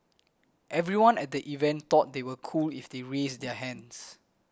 everyone at the event thought they were cool if they raised their hands